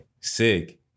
sick